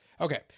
Okay